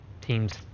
teams